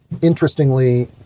interestingly